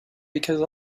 because